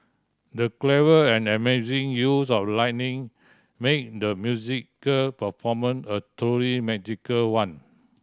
the clever and amazing use of lighting made the musical performance a truly magical one